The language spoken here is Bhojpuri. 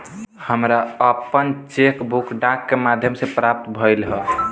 हमरा आपन चेक बुक डाक के माध्यम से प्राप्त भइल ह